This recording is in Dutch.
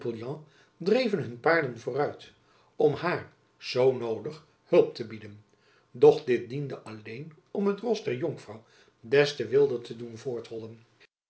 dreven hun paarden vooruit om haar zoo noodig hulp te bieden doch dit diende alleen om het ros der jonkvrouw des te wilder te doen